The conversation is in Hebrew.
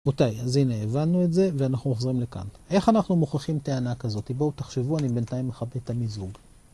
רבותי, אז הנה הבנו את זה ואנחנו מחזירים לכאן. איך אנחנו מוכיחים טענה כזאת? בואו תחשבו, אני בינתיים מכבה את המיזוג.